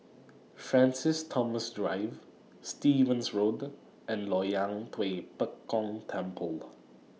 Francis Thomas Drive Stevens Road and Loyang Tua Pek Kong Temple